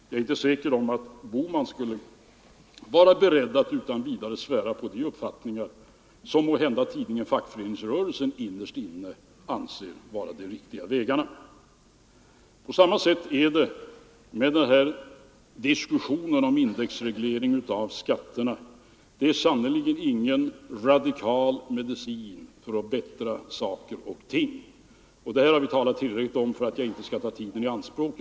Jag är inte säker på att herr Bohman skulle vara beredd att utan vidare svära på de uppfattningar som måhända tidningen Fackföreningsrörelsen innerst inne anser vara de riktiga vägarna. På samma sätt är det med den här diskussionen om indexreglering av skatterna. Det är sannerligen ingen radikal medicin för att bättra saker och ting. Det här har vi talat tillräckligt om, så jag skall inte ta tiden i anspråk ytterligare.